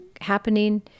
happening